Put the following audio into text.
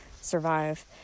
survive